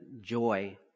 joy